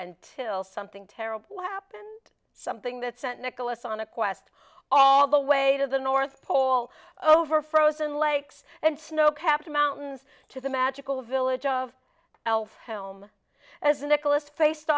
and till something terrible happened something that sent nicholas on a quest all the way to the north pole over frozen lakes and snow capped mountains to the magical village of elf home as nicholas faced